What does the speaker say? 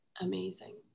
amazing